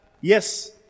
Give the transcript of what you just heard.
yes